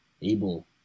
able